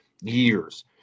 years